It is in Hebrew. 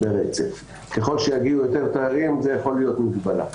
ככל שיגיעו יותר תיירים, זאת יכולה להיות מגבלה.